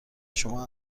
شما